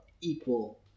equal